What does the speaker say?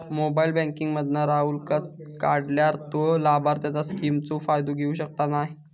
mobile banking मधना राहूलका काढल्यार तो लाभार्थींच्या स्किमचो फायदो घेऊ शकना नाय